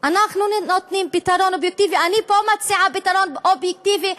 אנחנו נותנים פתרון אובייקטיבי.